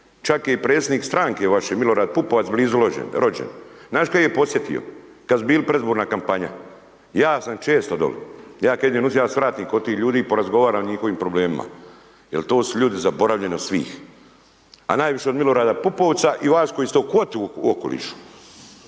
Čak je i predsjednik stranke vaš Milorad Pupovac blizu rođen, znaš kad ih je posjetio, kad su bili predizborna kampanja. Ja sa često doli, ja kad idem …/nerazumljivo/… ja svratim kod tih ljudi i porazgovaram o njihovim problemima. Jel to su ljudi zaboravljeni od svih, a najviše od Milorada Pupovca i vas koji ste u kvoti u okolišu.